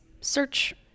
search